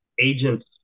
agents